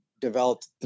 developed